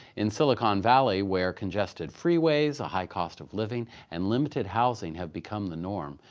in silicon valley, where congested freeways, a high cost of living, and limited housing have become the norm,